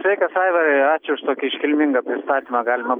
sveikas aivarai ačiū už tokį iškilmingą pristatymą galima